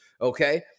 okay